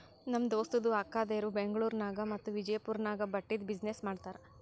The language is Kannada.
ನಮ್ ದೋಸ್ತದು ಅಕ್ಕಾದೇರು ಬೆಂಗ್ಳೂರ್ ನಾಗ್ ಮತ್ತ ವಿಜಯಪುರ್ ನಾಗ್ ಬಟ್ಟಿದ್ ಬಿಸಿನ್ನೆಸ್ ಮಾಡ್ತಾರ್